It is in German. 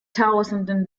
tausenden